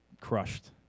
crushed